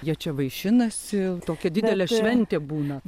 jie čia vaišinasi tokia didelė šventė būna